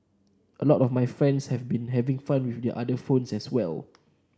a lot of my friends have been having fun with their other phones as well